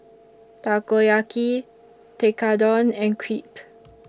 Takoyaki Tekkadon and Crepe